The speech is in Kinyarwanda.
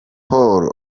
paul